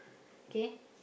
okay